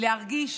להרגיש